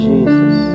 Jesus